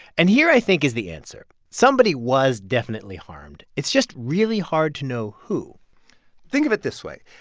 and here, i think, is the answer. somebody was definitely harmed. it's just really hard to know who think of it this way.